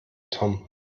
tom